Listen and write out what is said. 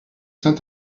saint